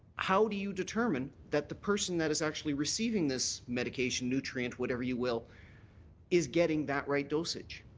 how do you determine that the person that is actually receiving this medication nutrient whatever you will is getting that right dosage?